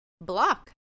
block